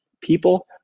People